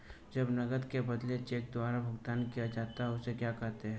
जब नकद के बदले चेक द्वारा भुगतान किया जाता हैं उसे क्या कहते है?